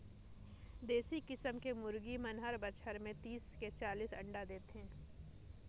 देसी किसम के मुरगी मन हर बच्छर में तीस ले चालीस अंडा देथे